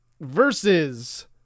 Versus